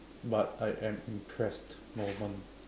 but I am impressed moment